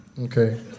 Okay